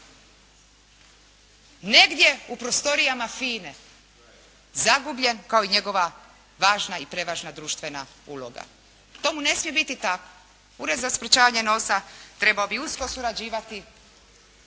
Negdje u prostorijama FINA-e zagubljen kao i njegova važna i prevažna društvena uloga. Tomu ne smije biti tako, Ured za sprječavanje novca trebao bi usko surađivati